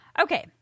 Okay